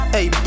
Hey